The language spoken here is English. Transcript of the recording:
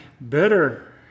better